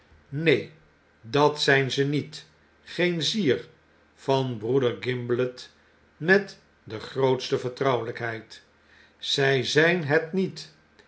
neen dat zyn ze niet geen zier van broeder gimblet met de grootste vertrouwelijkheid zy zgn het niet